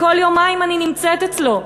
כל יומיים אני נמצאת אצלו,